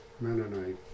Mennonite